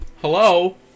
Hello